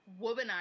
womanizer